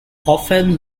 often